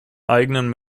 eigenen